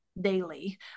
daily